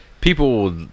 people